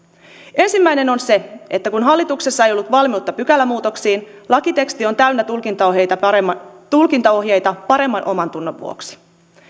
ensimmäinen on se että kun hallituksessa ei ollut valmiutta pykälämuutoksiin lakiteksti on täynnä tulkintaohjeita paremman tulkintaohjeita paremman omantunnon vuoksi